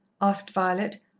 asked violet.